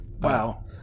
wow